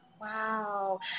wow